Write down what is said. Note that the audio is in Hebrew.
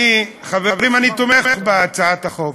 חברים, אני תומך בהצעת החוק.